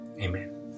amen